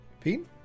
Pete